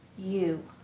you.